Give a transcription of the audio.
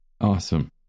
Awesome